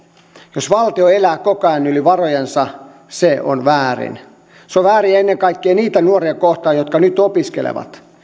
jos valtio elää koko ajan yli varojensa se on väärin se on väärin ennen kaikkea niitä nuoria kohtaan jotka nyt opiskelevat